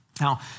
Now